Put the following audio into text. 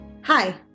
Hi